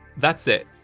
that's it.